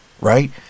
right